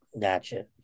Gotcha